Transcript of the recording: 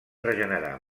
regenerar